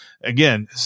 Again